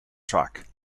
track